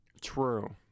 True